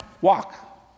walk